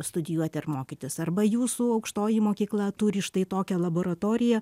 studijuoti ar mokytis arba jūsų aukštoji mokykla turi štai tokią laboratoriją